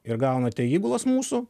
ir gaunate įgulas mūsų